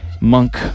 monk